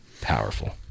powerful